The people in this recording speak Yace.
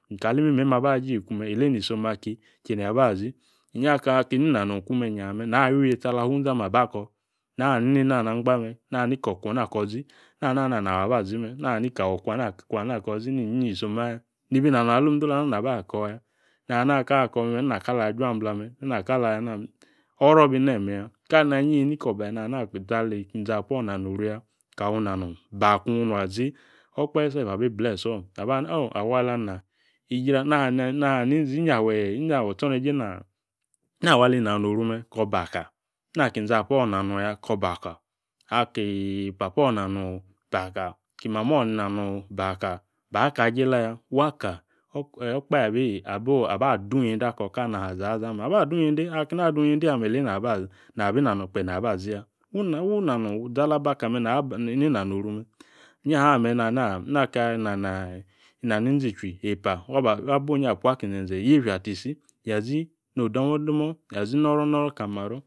Nkali imimi eem abi aji iku me̱ ile nisom aki che maba zi inyi akeeyi inana nong iku me̱ yaa me na wi itsi ala hunza aba ko nani nena na agba me̱ na ko kwona ko̱ zi nani ana nawo aba zima nani kawo kwa na kwa ana ko̱ zi ni inyiyi isom aya. Nibi inanong alom ni indola na naba ako̱ ya. Nana aka ko̱ me̱ nina kala ajuamgbla me̱ oro ba heme ya, kali nayi ni ikobahe, nana aki izapo̱ inanoru ya ka awo inanong, ba kung nung azi okpahe self abi bless o̱ aba ni o awa ali ina norume ko̱ ba ka, naaki inzapo ina nongya ba ka. Aki papo̱ ina nong o baka ba kajeela ya wa ka okpahe aba adung ye̱nde ako nika lena ha zahazaha me̱ aba adung ye̱nde̱ aka na adung yende ile na abi inanong kpe na aba ziya. Wu na nong izi ala baka me̱ ni nano oru me. Inyaha me na na nako nani inzichwi epa wa ba onyi apu ki inze̱nze yiefa tisi ya no̱ dumo̱ dumo̱ ya zi noro noro kali imaro̱.